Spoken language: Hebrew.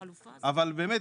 באמת,